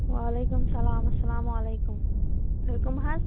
وعلیکُم اسَلام اَسَلام علیکُم تُہۍ کٕم حظ